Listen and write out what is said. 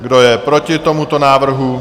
Kdo je proti tomuto návrhu?